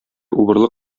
убырлы